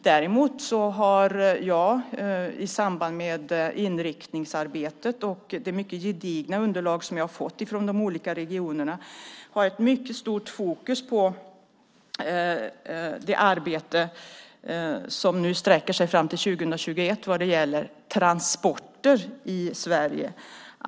Däremot har jag i samband med inriktningsarbetet och det mycket gedigna underlag jag fått från de olika regionerna stort fokus på det arbete som sträcker sig fram till 2021 vad gäller transporter i Sverige.